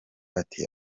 ati